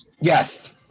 Yes